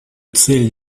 цель